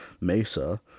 Mesa